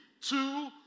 Two